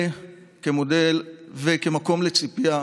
וכמקום לציפייה.